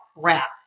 crap